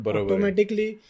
automatically